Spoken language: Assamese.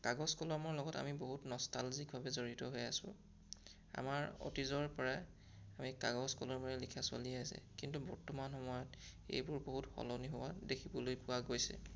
কাগজ কলমৰ লগত আমি বহুত নষ্টালজিকভাৱে জড়িত হৈ আছোঁ আমাৰ অতীজৰ পৰাই আমি কাগজ কলমেৰে লিখা চলি আছে কিন্তু বৰ্তমান সময়ত এইবোৰ বহুত সলনি হোৱা দেখিবলৈ পোৱা গৈছে